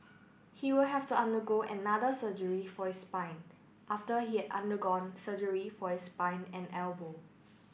he will have to undergo another surgery for his spine after he had undergone surgery for his spine and elbow